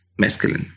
mescaline